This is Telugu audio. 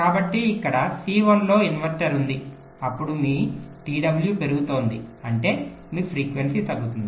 కాబట్టి ఇక్కడ C1 లో ఇన్వర్టర్ ఉంది అప్పుడు మీ t w పెరుగుతోంది అంటే మీ ఫ్రీక్వెన్సీ తగ్గుతుంది